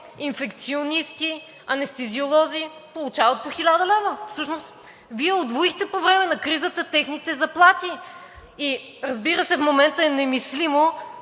инфекционисти, анестезиолози получават по 1000 лв. Всъщност Вие удвоихте по време на кризата техните заплати и, разбира се, в момента е немислимо